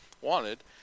wanted